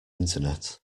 internet